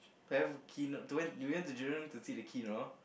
then Kino we went to Jurong to see the Kino